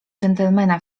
gentlemana